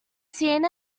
seen